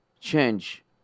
change